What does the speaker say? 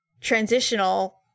transitional